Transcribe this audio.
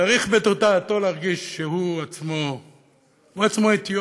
צריך בתודעתו להרגיש שהוא עצמו אתיופי.